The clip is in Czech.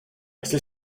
jestli